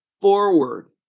forward